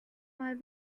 mal